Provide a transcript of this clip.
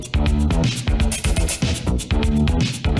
Thank you.